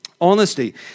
Honesty